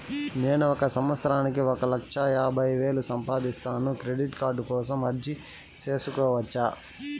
నేను ఒక సంవత్సరానికి ఒక లక్ష యాభై వేలు సంపాదిస్తాను, క్రెడిట్ కార్డు కోసం అర్జీ సేసుకోవచ్చా?